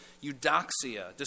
Eudoxia